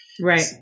Right